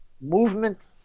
movement